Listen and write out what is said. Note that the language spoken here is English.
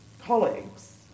colleagues